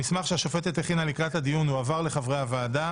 המסמך שהשופטת הכינה לקראת הדיון הועבר לחברי הוועדה